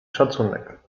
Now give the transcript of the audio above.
szacunek